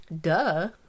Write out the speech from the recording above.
Duh